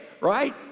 right